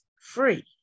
free